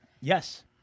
Yes